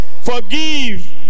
forgive